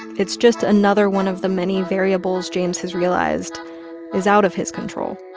it's just another one of the many variables james has realized is out of his control.